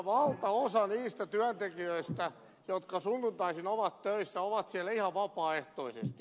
valtaosa niistä työntekijöistä jotka sunnuntaisin ovat töissä on siellä ihan vapaaehtoisesti